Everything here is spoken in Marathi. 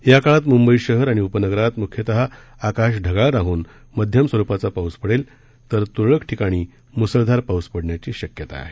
या काळात मंबई शहर आणि उपनगरात म्ख्यतः आकाश ढगाळ राहन मध्यम स्वरुपाचा पाऊस पडेल तर तुरळक ठिकाणी मुसळधार पाऊस पडण्याची शक्यता आहे